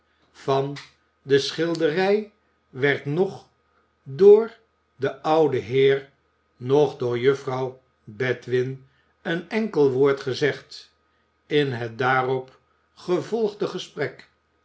van de schilderij werd noch door den ouden heer noch door juffrouw bedwin een enkel woord gezegd in het daarop gevolgde gesprek